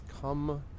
come